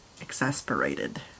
exasperated